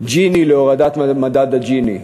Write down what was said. ג'יני להורדת מדד ג'יני.